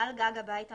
על גג הבית המשותף,